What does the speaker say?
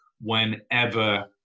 whenever